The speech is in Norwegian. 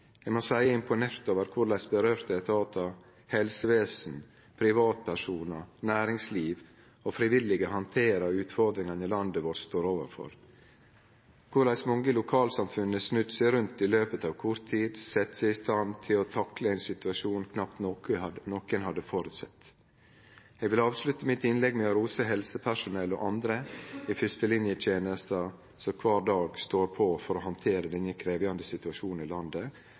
Eg må seie eg er imponert over korleis aktuelle etatar, helsevesen, privatpersonar, næringsliv og frivillige handterer utfordringane landet vårt står overfor, korleis mange lokalsamfunn har snudd seg rundt i løpet av kort tid, sett seg i stand til å takle ein situasjon knapt nokon hadde sett føre seg. Eg vil avslutte mitt innlegg med å rose helsepersonell og andre i fyrstelinjetenesta som kvar dag står på for å handtere denne krevjande situasjonen landet